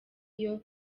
iyo